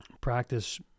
practice